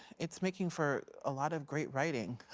it's making for a lot of great writing.